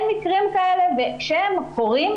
אין מקרים כאלה וכשהם קורים,